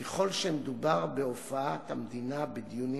ככל שמדובר בהופעת המדינה בדיונים